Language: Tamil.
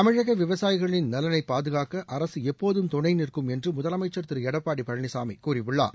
தமிழக விவசாயிகளின் நலனை பாதுகாக்க அரசு எப்போதும் துணை நிற்கும் என்று முதலமைச்சா் திரு எடப்பாடி பழனிசாமி கூறியுள்ளார்